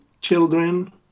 children